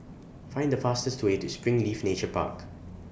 Find The fastest Way to Springleaf Nature Park